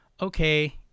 okay